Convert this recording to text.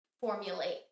formulate